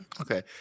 Okay